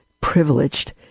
privileged